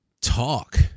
talk